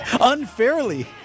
Unfairly